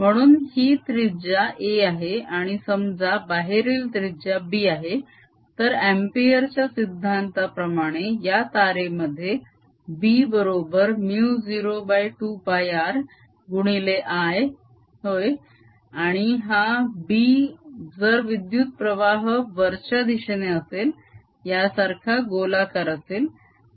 म्हणून ही त्रिजा a आहे आणि समजा बाहेरील त्रिजा b आहे तर अम्पिअर Ampere's law च्या सिद्धांत प्रमाणे या तारे मधी b बरोबर μ02πr गुणिले I होय आणि हा b जर विद्युत प्रवाह वरच्या दिशेने असेल यासारखा गोलाकार असेल